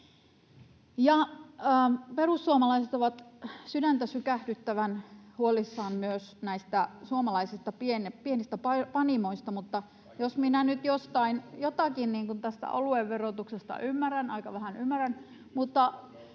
Perussuomalaiset ovat sydäntäsykähdyttävän huolissaan myös näistä suomalaisista pienistä panimoista, mutta jos nyt jotakin tästä oluen verotuksesta ymmärrän — aika vähän ymmärrän —